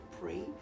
pray